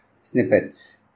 Snippets